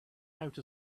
out